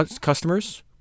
customers